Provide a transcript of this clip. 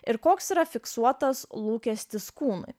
ir koks yra fiksuotas lūkestis kūnui